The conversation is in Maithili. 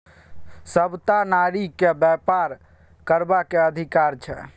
सभटा नारीकेँ बेपार करबाक अधिकार छै